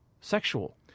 sexual